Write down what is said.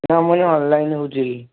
ହଁ ମୁଁ କହିଲି ଅନଲାଇନ ହଉଛି